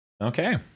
Okay